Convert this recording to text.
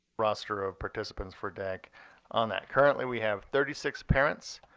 roster of participants for dac on that, currently we have thirty six parents,